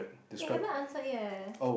eh haven't answered yet leh